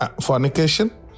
fornication